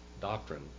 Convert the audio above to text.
doctrine